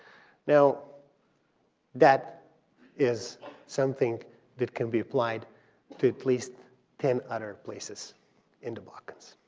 now that is something that can be applied to at least ten other places in the balkans,